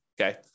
Okay